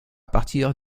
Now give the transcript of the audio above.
partir